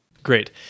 Great